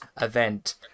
event